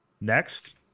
Next